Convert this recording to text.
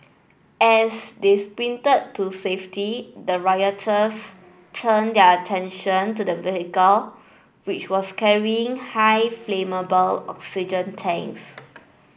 as they sprinted to safety the rioters turned their attention to the vehicle which was carrying high flammable oxygen tanks